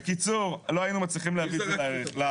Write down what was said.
בקיצור, לא היינו מצליחים להביא את זה לארץ.